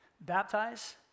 baptize